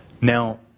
Now